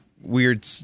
weird